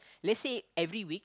let's say every week